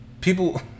people